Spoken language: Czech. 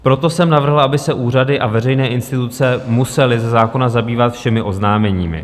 Proto jsem navrhl, aby se úřady a veřejné instituce musely ze zákona zabývat všemi oznámeními.